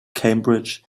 cambridge